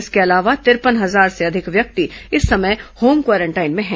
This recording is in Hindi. इसके अलावा तिरपन हजार से अधिक व्यक्ति इस समय होम क्वारेंटाइन में हैं